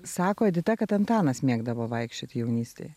sako edita kad antanas mėgdavo vaikščiot jaunystėj